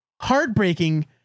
heartbreaking